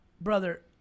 brother